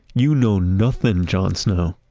you know nothing, john snow.